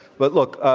but, look,